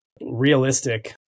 realistic